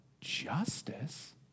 justice